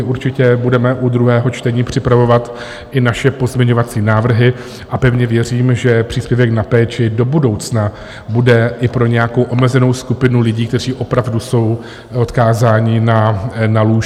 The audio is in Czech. Určitě budeme u druhého čtení připravovat i naše pozměňovací návrhy a pevně věřím, že příspěvek na péči do budoucna bude stoprocentní pro nějakou omezenou skupinu lidí, kteří opravdu jsou odkázáni na lůžko.